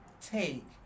take